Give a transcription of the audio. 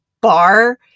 bar